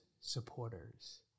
supporters